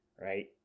Right